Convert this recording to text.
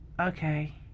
Okay